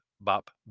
bop